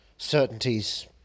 Certainties